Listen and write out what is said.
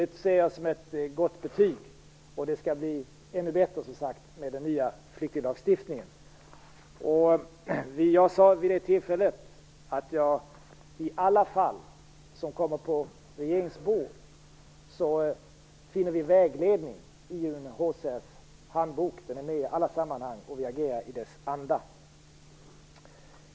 Det ser jag som ett gott betyg och det skall, som sagt, bli ännu bättre med den nya flyktinglagstiftningen. Jag sade vid det tillfället att vi i samtliga fall som kommer på regeringens bord finner vägledning i UNHCR:s handbok. Den finns med i alla sammanhang och vi agerar i dess anda.